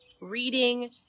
reading